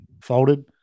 folded